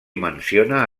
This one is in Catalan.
menciona